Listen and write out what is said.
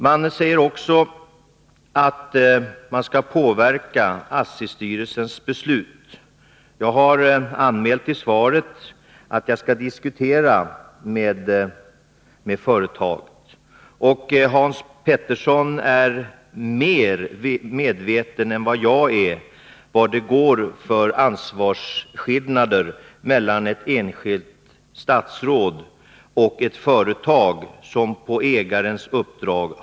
Det framhålls också att ASSI-styrelsens beslut skall påverkas. Jag har i mitt svar anmält att jag skall diskutera med företagen. Hans Petersson i Hallstahammar är mer . medveten än vad jag är om ansvarsskillnaderna mellan ett enskilt statsråd och ett företag som sköts på ägarens uppdrag.